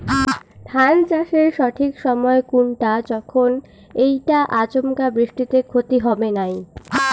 ধান চাষের সঠিক সময় কুনটা যখন এইটা আচমকা বৃষ্টিত ক্ষতি হবে নাই?